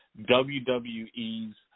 WWE's